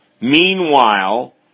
Meanwhile